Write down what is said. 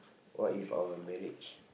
what if our marriage